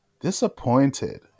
Disappointed